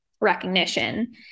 recognition